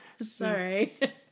Sorry